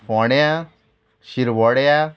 फोंड्या शिरवड्या